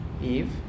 Eve